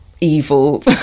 evil